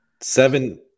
seven